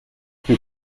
fut